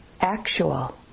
actual